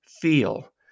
feel